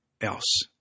else